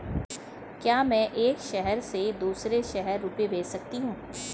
क्या मैं एक शहर से दूसरे शहर रुपये भेज सकती हूँ?